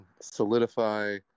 solidify